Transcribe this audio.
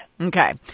Okay